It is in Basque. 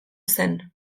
zen